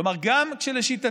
כלומר גם לשיטתכם,